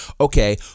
okay